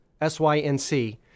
S-Y-N-C